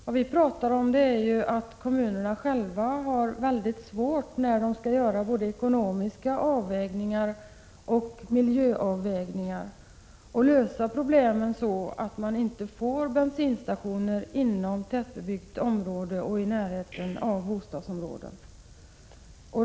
Vad vi talar om är att kommunerna själva har svårt att göra både ekonomiska och miljömässiga avvägningar för att lösa problemen, så att man inte får bensinstationer inom tätbebyggt område och i närheten av bostadsområden.